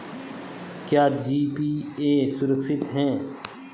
क्या जी.पी.ए सुरक्षित है?